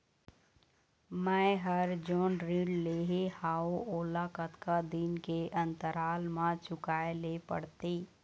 मैं हर जोन ऋण लेहे हाओ ओला कतका दिन के अंतराल मा चुकाए ले पड़ते?